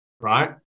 right